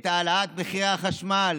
את העלאת מחירי החשמל,